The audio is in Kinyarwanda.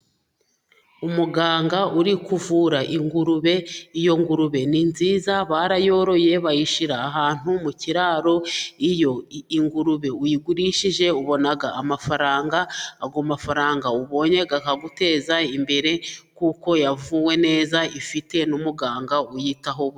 Umuganga uri kuvura ingurube, iyo ngurube ni nziza barayoroye bayishyira ahantu mu kiraro, iyo ingurube uyigurishije ubona amafaranga, ayo amafaranga ubonye akaguteza imbere, kuko yavuwe neza ifite n'umuganga uyitaho.